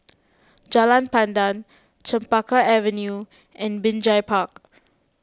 Jalan Pandan Chempaka Avenue and Binjai Park